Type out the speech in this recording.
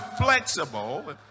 flexible